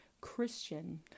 Christian